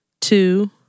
two